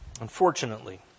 Unfortunately